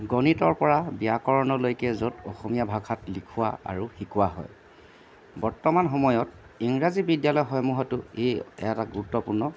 গণিতৰ পৰা ব্যাকৰণলৈকে য'ত অসমীয়া ভাষাত লিখোৱা আৰু শিকোৱা হয় বৰ্তমান সময়ত ইংৰাজী বিদ্যালয়সমূহতো এই এটা গুৰুত্বপূৰ্ণ